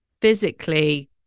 physically